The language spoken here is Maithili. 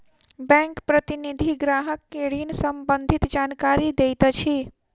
बैंक प्रतिनिधि ग्राहक के ऋण सम्बंधित जानकारी दैत अछि